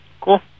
Cool